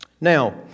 Now